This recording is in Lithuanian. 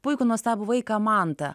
puikų nuostabų vaiką mantą